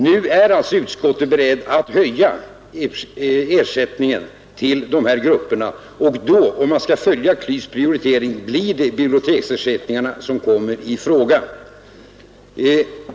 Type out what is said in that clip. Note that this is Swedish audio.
Nu är alltså utskottet berett att höja ersättningen till dessa grupper. Om man skall följa KLYS:s prioritering, kommer biblioteksersättningen i fråga.